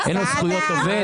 אין לו זכויות עובד?